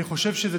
אני חושב שזו